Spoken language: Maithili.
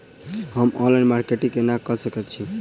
हम ऑनलाइन मार्केटिंग केना कऽ सकैत छी?